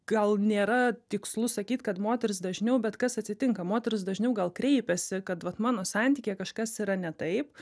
gal nėra tikslu sakyt kad moterys dažniau bet kas atsitinka moterys dažniau gal kreipiasi kad vat mano santykyje kažkas yra ne taip